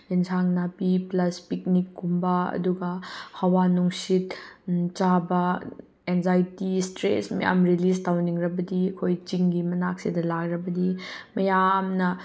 ꯑꯦꯟꯁꯥꯡ ꯅꯥꯄꯤ ꯄ꯭ꯂꯁ ꯄꯤꯛꯅꯤꯛ ꯀꯨꯝꯕ ꯑꯗꯨꯒ ꯍꯋꯥ ꯅꯨꯡꯁꯤꯠ ꯆꯥꯕ ꯑꯦꯟꯖꯥꯏꯇꯤ ꯏꯁꯇ꯭ꯔꯦꯁ ꯃꯌꯥꯝ ꯔꯤꯂꯤꯁ ꯇꯧꯅꯤꯡꯂꯕꯗꯤ ꯑꯩꯈꯣꯏ ꯆꯤꯡꯒꯤ ꯃꯅꯥꯛꯁꯤꯗ ꯂꯥꯛꯂꯕꯗꯤ ꯃꯌꯥꯝꯅ